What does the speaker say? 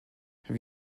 have